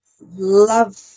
love